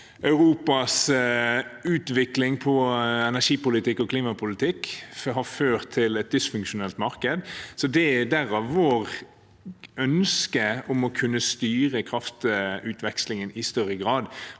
Europas utvikling innen energipolitikk og klimapolitikk har ført til et dysfunksjonelt marked – derav vårt ønske om å kunne styre kraftutvekslingen i større grad.